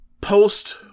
post